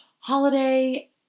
holiday